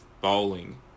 bowling